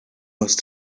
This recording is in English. must